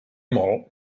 mol